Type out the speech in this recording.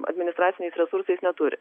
administraciniais resursais neturi